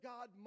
God